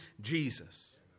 Jesus